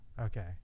okay